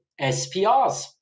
sprs